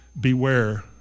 beware